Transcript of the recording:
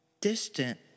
distant